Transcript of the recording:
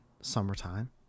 summertime